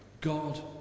God